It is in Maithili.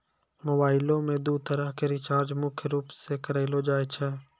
मोबाइलो मे दू तरह के रीचार्ज मुख्य रूपो से करलो जाय छै